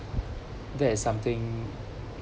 that is something